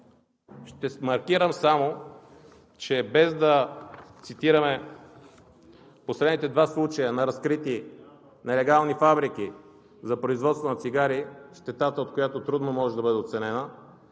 Ще маркирам само, без да цитирам последните два случая на разкрити нелегални фабрики за производство на цигари, щетата от които трудно може да бъде оценена